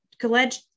college